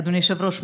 אדוני היושב-ראש,